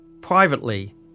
Privately